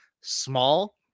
small